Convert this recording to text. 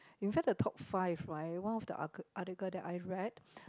in fact the top five right one of the arcle~ article that I read